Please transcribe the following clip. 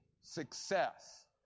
success